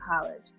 college